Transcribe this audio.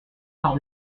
par